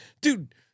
dude